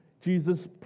Jesus